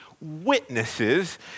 witnesses